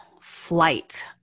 flight